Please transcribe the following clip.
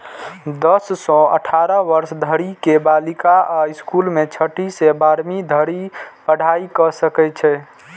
दस सं अठारह वर्ष धरि के बालिका अय स्कूल मे छठी सं बारहवीं धरि पढ़ाइ कैर सकै छै